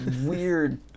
weird